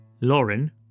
Lauren